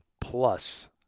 Plus